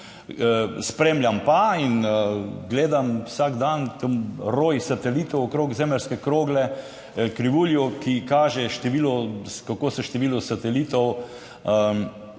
spremljam pa in vsak dan gledam ta roj satelitov okrog zemeljske krogle, krivuljo, ki kaže, kako se število satelitov